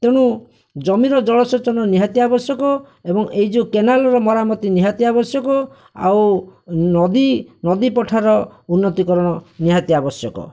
ତେଣୁ ଜମିର ଜଳ ସେଚନ ନିହାତି ଆବଶ୍ୟକ ଏବଂ ଏଇ ଯେଉଁ କେନାଲର ମରାମତି ନିହାତି ଆବଶ୍ୟକ ଆଉ ନଦୀ ନଦୀ ପଠାର ଉନ୍ନତିକରଣ ନିହାତି ଆବଶ୍ୟକ